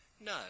no